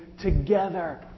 together